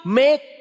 make